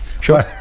sure